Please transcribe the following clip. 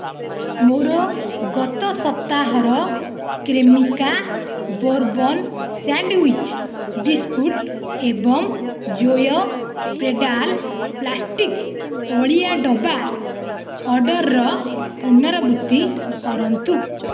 ମୋର ଗତ ସପ୍ତାହର କ୍ରେମିକା ବୋର୍ବନ୍ ସ୍ୟାଣ୍ଡ୍ୱିଚ୍ ବିସ୍କୁଟ୍ ଏବଂ ଜୋୟୋ ପେଡ଼ାଲ୍ ପ୍ଲାଷ୍ଟିକ୍ ଅଳିଆ ଡବା ଅର୍ଡ଼ର୍ର ପୁନରାବୃତ୍ତି କରନ୍ତୁ